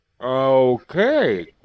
okay